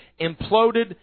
Imploded